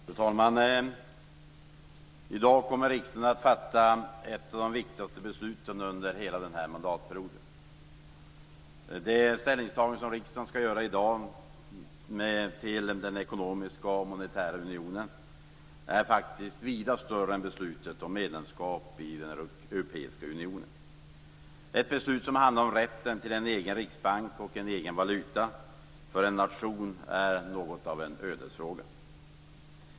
Fru talman! I dag kommer riksdagen att fatta ett av de viktigaste besluten under hela denna mandatperiod. Det ställningstagande som riksdagen skall göra i dag till den ekonomiska och monetära unionen är vida större än beslutet om medlemskap i den europeiska unionen. Ett beslut som handlar om rätten till en egen riksbank och en egen valuta för en nation är något av en ödesfråga.